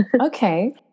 Okay